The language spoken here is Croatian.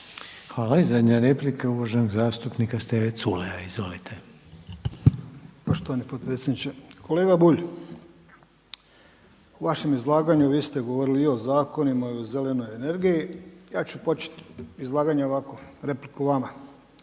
Hvala. I zadnja replika, uvaženog zastupnika Steve Culeja. Izvolite. **Culej, Stevo (HDZ)** Poštovani potpredsjedniče. Kolega Bulj, u vašem izlaganju vi ste govorili i o zakonima i o zelenoj energiji, ja ću početi izlaganje ovako, replikom vama.